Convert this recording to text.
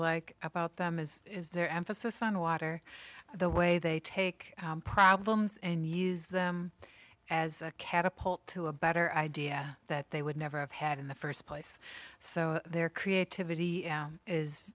like about them is is their emphasis on water the way they take problems and use them as a catapult to a better idea that they would never have had in the first place so their creativity